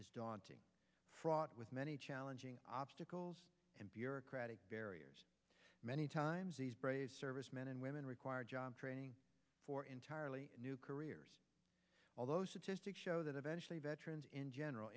is daunting fraught with many challenging obstacles and bureaucratic barriers many times servicemen and women require job training for entirely new careers although statistics show that eventually veterans in general